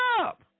up